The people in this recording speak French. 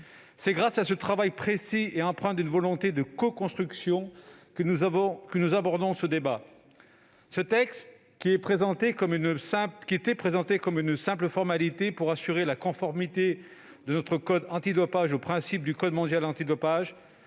C'est grâce à ce travail précis et empreint d'une volonté de coconstruction que nous abordons ce débat. Ce projet de loi, qui était présenté comme une simple formalité pour assurer la conformité de notre code antidopage aux principes du code mondial antidopage,